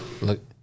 Look